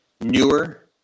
newer